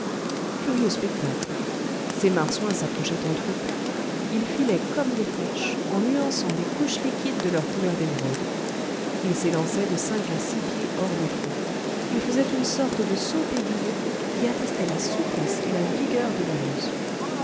curieux spectacle ces marsouins s'approchaient en troupes ils filaient comme des flèches en nuançant les couches liquides de leurs couleurs d'émeraude ils s'élançaient de cinq à six pieds hors des flots ils faisaient une sorte de saut périlleux qui attestait la souplesse et la vigueur de leurs muscles